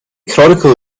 chronicle